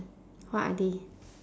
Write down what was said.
what are they